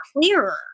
clearer